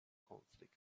conflict